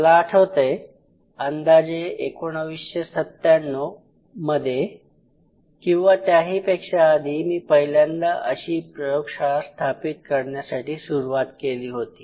मला आठवतंय अंदाजे 1997 मध्ये किंवा त्या ही पेक्षा आधी मी पहिल्यांदा अशी प्रयोगशाळा स्थापित करण्यासाठी सुरुवात केली होती